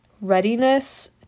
readiness